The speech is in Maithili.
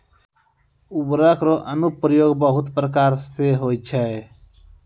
उर्वरक रो अनुप्रयोग बहुत प्रकार से होय छै